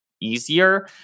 easier